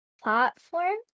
platform